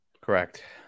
Correct